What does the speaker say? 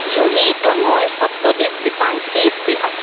Juhi Tanmay Saptadweep Bipanchi Spriha